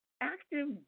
active